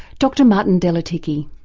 dr martin delatycki.